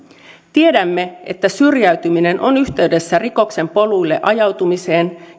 tiedämme että syrjäytyminen on yhteydessä rikoksen poluille ajautumiseen